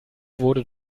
wurde